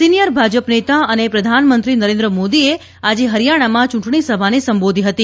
senior Bhajap નેતા અને પ્રધાનમંત્રી નરેન્દ્ર મોદીએ આજે હરિયાણામાં ચૂંટણી સભાને સંબોધી હતી